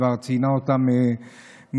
שכבר ציינה אותם מיכל,